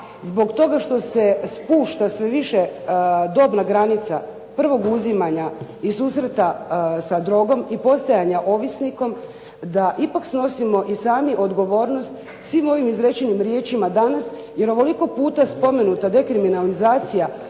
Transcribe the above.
zbog toga što se spušta sve više dobna granica prvog uzimanja i susreta sa drogom i postojanja ovisnikom, da ipak snosimo i sami odgovornost svim ovim izrečenim riječima danas, jer ovoliko puta spomenuta dekriminalizacija